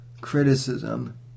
criticism